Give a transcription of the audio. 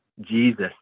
jesus